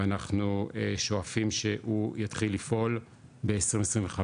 ואנחנו שואפים שהוא יתחיל לפעול בשנת 2025,